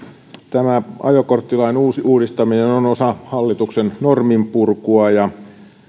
tämä ajokorttilain uudistaminen on osa hallituksen norminpurkua ja